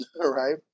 right